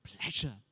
pleasure